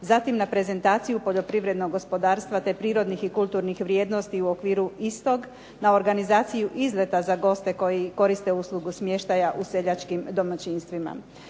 zatim na prezentaciju poljoprivrednog gospodarstva te prirodnih i kulturnih vrijednosti u okviru istog, na organizaciju izleta na goste koji koriste uslugu smještaja u seljačkim domaćinstvima.